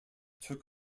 took